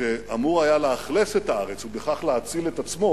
שאמור היה לאכלס את הארץ ובכך להציל את עצמו,